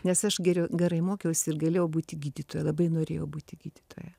nes aš geriu gerai mokiausi ir galėjau būti gydytoja labai norėjau būti gydytoja